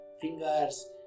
fingers